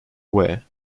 wear